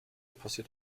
passiert